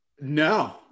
No